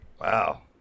Wow